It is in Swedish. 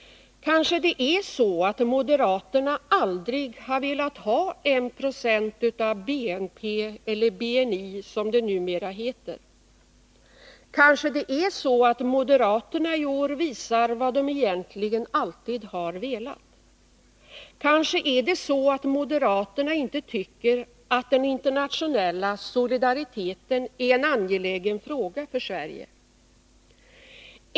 Kanske är det så att moderaterna aldrig har velat ha 1 26 av BNP, eller BNI, som det numera heter. Kanske är det så att moderaterna i år visar vad de egentligen alltid har velat. Kanske är det så att moderaterna inte tycker att den internationella solidariteten är en angelägen fråga för Sverige.